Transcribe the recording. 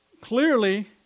Clearly